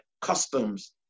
customs